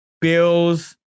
Bills